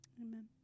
amen